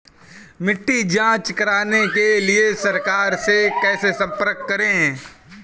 मिट्टी की जांच कराने के लिए सरकार से कैसे संपर्क करें?